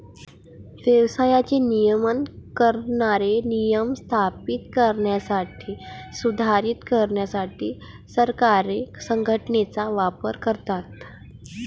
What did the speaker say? व्यवसायाचे नियमन करणारे नियम स्थापित करण्यासाठी, सुधारित करण्यासाठी सरकारे संघटनेचा वापर करतात